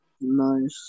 Nice